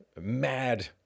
mad